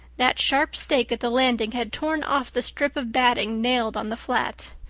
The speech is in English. that sharp stake at the landing had torn off the strip of batting nailed on the flat.